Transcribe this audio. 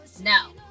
No